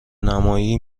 نمایی